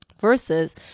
versus